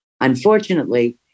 Unfortunately